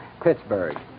Pittsburgh